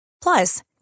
Plus